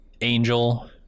angel